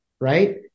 right